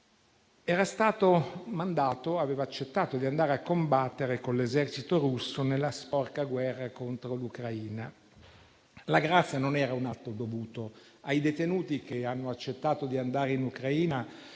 quel detenuto aveva accettato di andare a combattere con l’esercito russo nella sporca guerra contro l’Ucraina. La grazia non era un atto dovuto: ai detenuti che hanno accettato di andare in Ucraina